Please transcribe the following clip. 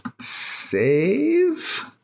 save